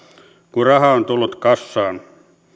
kun raha on tullut kassaan